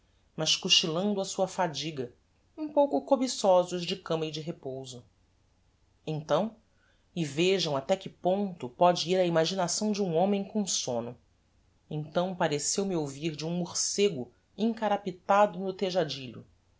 mas cochillando a sua fadiga um pouco cobiçosos de cama e de repouso então e vejam até que ponto póde ir a imaginação de um homem com somno então pareceu-me ouvir de um morcego encarapitado no